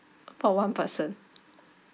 for one person